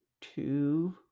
two